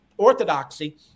orthodoxy